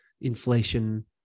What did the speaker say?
inflation